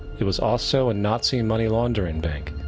it was also a nazi money laundering bank.